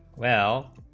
well